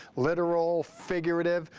literal, figurative.